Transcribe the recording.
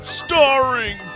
starring